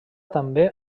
també